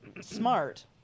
smart